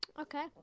Okay